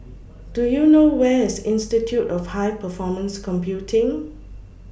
Do YOU know Where IS Institute of High Performance Computing